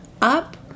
up